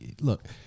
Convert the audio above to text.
Look